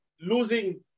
losing